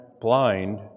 blind